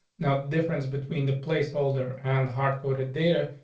now the difference between the place holder and hard coded data.